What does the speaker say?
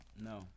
No